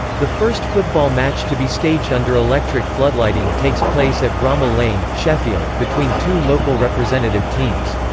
the first football match to be staged under electric floodlighting takes place at bramall lane, sheffield, between two local representative teams.